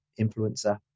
influencer